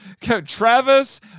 travis